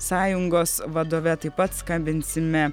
sąjungos vadove taip pat skambinsime